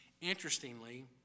Interestingly